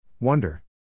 Wonder